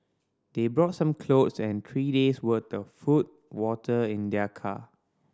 they brought some clothes and three days' worth the food water in their car